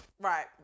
Right